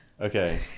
Okay